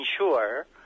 ensure